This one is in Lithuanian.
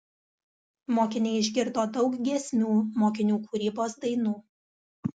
mokiniai išgirdo daug giesmių mokinių kūrybos dainų